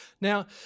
Now